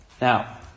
Now